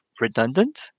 redundant